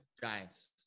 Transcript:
Giants